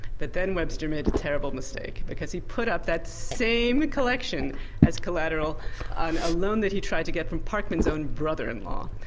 but then webster made a terrible mistake, because he put up that same collection as collateral on a loan that he tried to get from parkman's own brother-in-law.